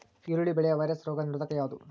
ಈರುಳ್ಳಿ ಬೆಳೆಯ ವೈರಸ್ ರೋಗ ನಿರೋಧಕ ಯಾವುದು?